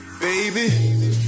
baby